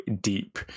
deep